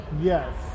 Yes